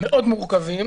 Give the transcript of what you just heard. מאוד מורכבים,